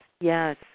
Yes